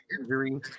injury